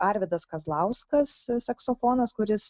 arvydas kazlauskas saksofonas kuris